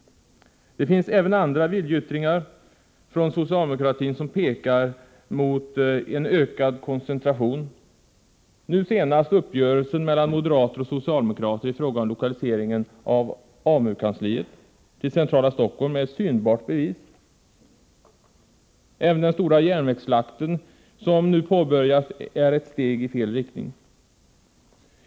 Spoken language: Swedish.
Det finns även andra viljeyttringar från socialdemokratin som pekar mot en ökad koncentration. Uppgörelsen nu senast mellan moderater och socialdemokrater i fråga om lokaliseringen av AMU-kansliet till centrala Stockholm är ett synbart bevis. Även den stora järnvägsslakten som nu påbörjats är ett steg i fel riktning.